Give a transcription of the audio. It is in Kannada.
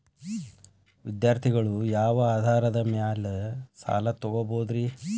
ವಿದ್ಯಾರ್ಥಿಗಳು ಯಾವ ಆಧಾರದ ಮ್ಯಾಲ ಸಾಲ ತಗೋಬೋದ್ರಿ?